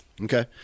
Okay